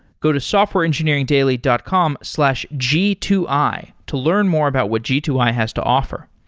go to softwareengineeringdaily dot com slash g two i to learn more about what g two i has to offer.